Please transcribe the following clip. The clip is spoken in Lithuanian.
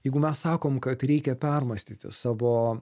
jeigu mes sakom kad reikia permąstyti savo